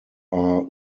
are